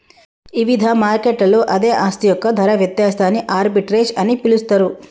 ఇవిధ మార్కెట్లలో అదే ఆస్తి యొక్క ధర వ్యత్యాసాన్ని ఆర్బిట్రేజ్ అని పిలుస్తరు